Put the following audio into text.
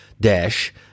dash